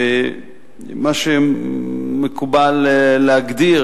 במה שמקובל להגדיר,